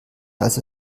also